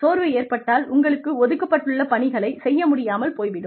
சோர்வு ஏற்பட்டால் உங்களுக்கு ஒதுக்கப்பட்டுள்ள பணிகளைச் செய்ய முடியாமல் போய் விடும்